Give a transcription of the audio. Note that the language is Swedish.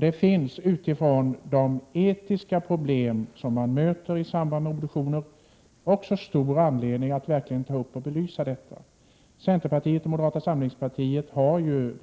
Det finns utifrån de etiska problem som man möter i samband med obduktioner också stor anledning att verkligen ta upp och belysa denna fråga. Centerpartiet och moderata samlingspartiet har